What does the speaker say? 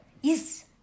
yes